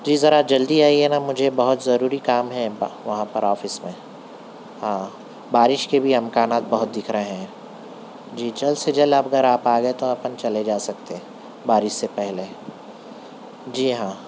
جی ذرا جلدی آئیے نا مجھے بہت ضروری کام ہے وہاں پر آفس میں ہاں بارش کے بھی امکانات بہت دکھ رہے ہیں جی جلد سے جلد آپ گھر آپ آ گئے تو آپن چلے جا سکتے بارش سے پہلے جی ہاں